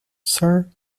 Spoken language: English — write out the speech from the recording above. sir